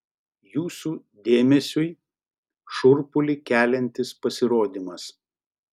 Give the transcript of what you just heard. jūsų dėmesiui šiurpulį keliantis pasirodymas